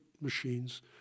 machines